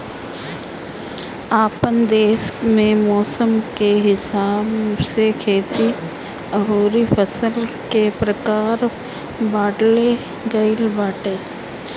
आपन देस में मौसम के हिसाब से खेती अउरी फसल के प्रकार बाँटल गइल बाटे